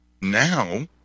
Now